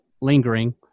lingering